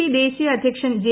P ദേശീയ അധ്യക്ഷൻ J